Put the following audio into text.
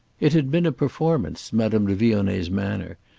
it had been a performance, madame de vionnet's manner,